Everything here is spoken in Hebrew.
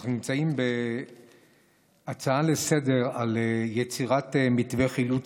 אנחנו נמצאים בהצעה לסדר-היום על יצירת מתווה לחילוץ